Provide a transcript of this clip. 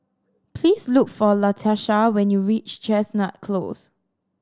please look for Latasha when you reach Chestnut Close